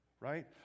right